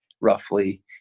roughly